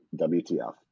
WTF